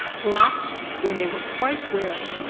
at last, when they were quite weary,